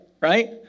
right